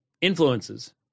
influences